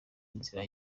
inzira